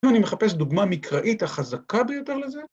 ואם אני מחפש דוגמה מקראית החזקה ביותר לזה.